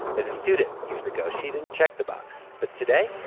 as a student years ago, she didn't check the box. but today.